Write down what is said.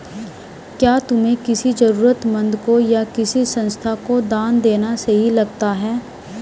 क्या तुम्हें किसी जरूरतमंद को या किसी संस्था को दान देना सही लगता है?